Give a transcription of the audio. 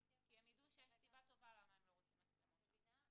כי הם יידעו שיש סיבה טובה למה הם לא רוצים מצלמות שם.